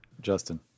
Justin